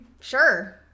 Sure